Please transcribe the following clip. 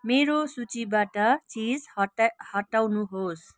मेरो सूचीबाट चिस हटा हटाउनुहोस्